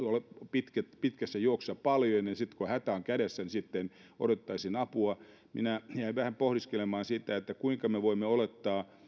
pitkässä pitkässä juoksussa paljon ja sitten kun hätä on kädessä niin odotettaisiin apua minä jäin vähän pohdiskelemaan sitä kuinka me voimme olettaa